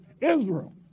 Israel